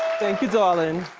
thank you, darling.